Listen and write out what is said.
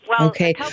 Okay